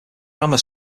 grammar